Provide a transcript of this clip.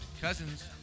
Cousins